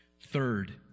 Third